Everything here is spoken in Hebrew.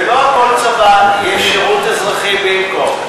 ולא הכול צבא, יש שירות אזרחי במקום.